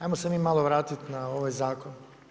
Ajmo se mi malo vratiti na ovaj zakon.